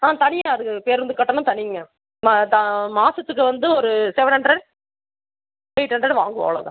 ஆ தனியாக இருக்குது பேருந்து கட்டணம் தனிங்க மா தா மாதத்துக்கு வந்து ஒரு செவன் ஹண்ட்ரெட் எய்ட் ஹண்ட்ரெட் வாங்குவோம் அவ்வளோ தான்